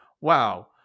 Wow